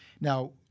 Now